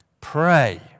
pray